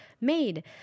made